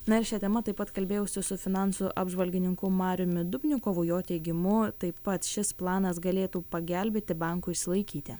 na ir šia tema taip pat kalbėjausi su finansų apžvalgininku mariumi dubnikovu jo teigimu taip pat šis planas galėtų pagelbėti bankui išsilaikyti